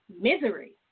misery